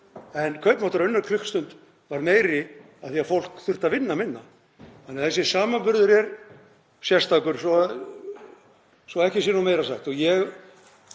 en kaupmáttur á unna klukkustund varð meiri af því að fólk þurfti að vinna minna. Þannig að þessi samanburður er sérstakur, svo ekki sé meira sagt.